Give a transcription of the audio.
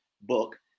book